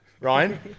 Ryan